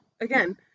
again